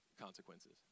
consequences